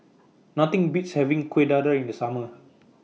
Nothing Beats having Kueh Dadar in The Summer